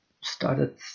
started